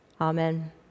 Amen